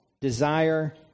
desire